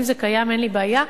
אם זה קיים אין לי בעיה,